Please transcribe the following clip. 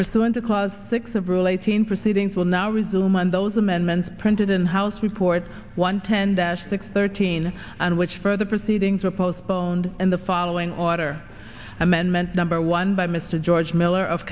pursuant to clause six of rule eighteen proceedings will now resume and those amendments printed in house report one ten that six thirteen and which further proceedings are postponed in the following order amendment number one by mr george miller of